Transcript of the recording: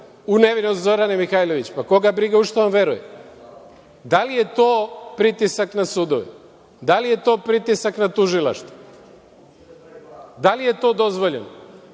u nevinost Zorane Mihajlović? Koga briga u šta on veruje? Da li je to pritisak na sudove? Da li je to pritisak na tužilaštvo? Da li je to dozvoljeno?